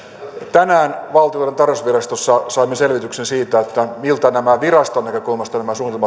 tänään valtiontalouden tarkastusvirastossa saimme selvityksen siitä miltä nämä suunnitelmat viraston näkökulmasta